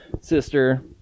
Sister